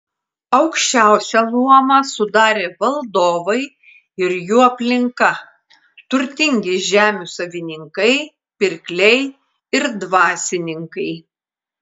aukščiausią luomą sudarė valdovai ir jų aplinka turtingi žemių savininkai pirkliai ir dvasininkai